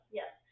yes